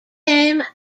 came